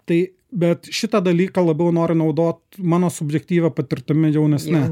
tai bet šitą dalyką labiau nori naudoti mano subjektyvia patirtimi jaunesni